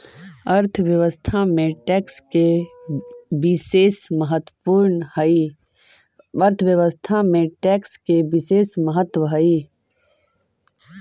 अर्थव्यवस्था में टैक्स के बिसेस महत्व हई